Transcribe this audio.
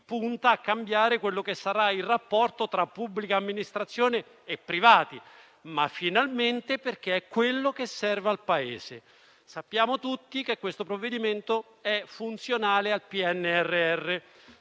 punta a cambiare quello che sarà il rapporto tra pubblica amministrazione e privati, perché è quello che serve al Paese. Sappiamo tutti che questo provvedimento è funzionale al PNRR.